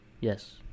Yes